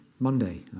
Monday